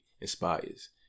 inspires